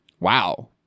Wow